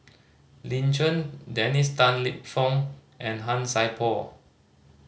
Lin Chen Dennis Tan Lip Fong and Han Sai Por